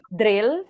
drill